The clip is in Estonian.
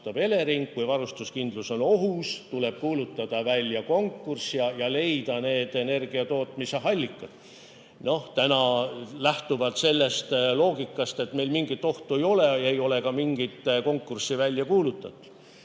varustuskindlus on ohus, tuleb kuulutada välja konkurss ja leida energiatootmise allikad. Noh, täna lähtuvalt sellest loogikast, et meil mingit ohtu ei ole, ei ole ka mingit konkurssi välja kuulutatud.